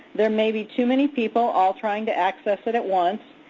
there may be too many people all trying to access it at once.